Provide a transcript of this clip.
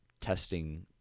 testing